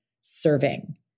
serving